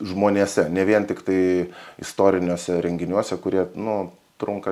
žmonėse ne vien tiktai istoriniuose renginiuose kurie nu trunka